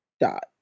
dot